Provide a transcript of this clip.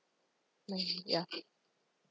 nine ya